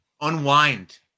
unwind